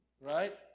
right